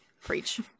preach